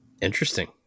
Interesting